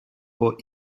vor